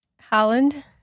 Holland